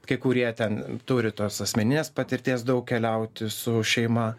kai kurie ten turi tos asmeninės patirties daug keliauti su šeima